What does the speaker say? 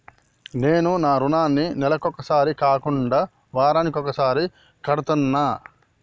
నేను నా రుణాన్ని నెలకొకసారి కాకుండా వారానికోసారి కడ్తన్నా